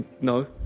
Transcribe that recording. No